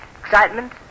Excitement